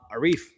Arif